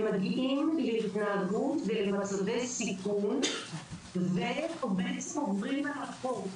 הם מגיעים להתנהגות ולמצבי סיכון ובעצם עוברים על החוק.